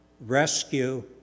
rescue